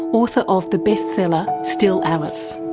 author of the best seller still alice.